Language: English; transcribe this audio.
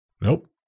Nope